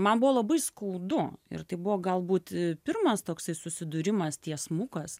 man buvo labai skaudu ir tai buvo galbūt pirmas toksai susidūrimas tiesmukas